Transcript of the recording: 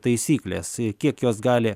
taisyklės kiek jos gali